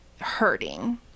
hurting